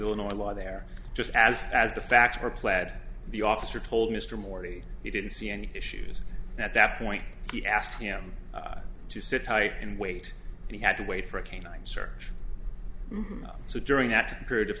illinois law they're just as as the facts are pled the officer told mr morty he didn't see any issues that that point he asked him to sit tight and wait and he had to wait for a canine search so during that period of